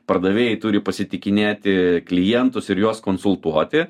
pardavėjai turi pasitikinėti klientus ir juos konsultuoti